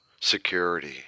Security